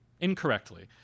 incorrectly